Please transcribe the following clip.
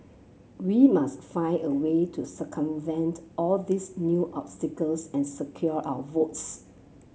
we must find a way to circumvent all these new obstacles and secure our votes